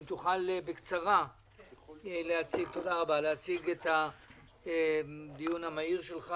אם תוכל בקצרה להציג את הנושא לדיון מהיר שהצעת.